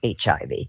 HIV